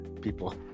people